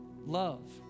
love